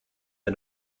wir